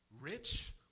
rich